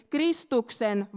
Kristuksen